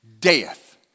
death